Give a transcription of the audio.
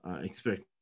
Expect